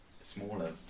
smaller